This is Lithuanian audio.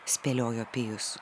spėliojo pijus